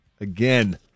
again